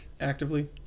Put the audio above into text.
actively